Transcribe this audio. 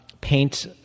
paint